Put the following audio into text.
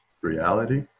reality